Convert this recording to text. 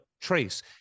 Trace